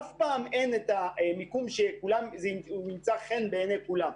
אף פעם אין את המיקום שימצא חן בעיני כולם,